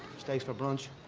steaks for brunch.